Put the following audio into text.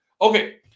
Okay